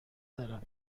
دارم